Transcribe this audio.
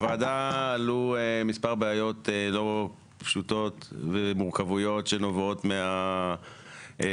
בוועדה עלו מספר בעיות לא פשוטות ומורכבויות שנובעות מההכללה